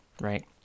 right